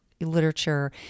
literature